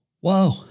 Wow